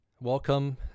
Welcome